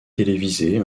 télévisées